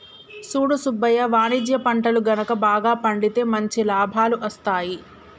సూడు సుబ్బయ్య వాణిజ్య పంటలు గనుక బాగా పండితే మంచి లాభాలు అస్తాయి